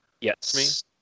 Yes